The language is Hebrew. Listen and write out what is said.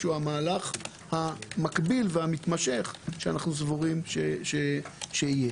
שהוא המהלך המקביל והמתמשך שאנחנו סבורים שיהיה.